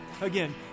Again